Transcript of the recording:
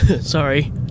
sorry